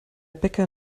bäcker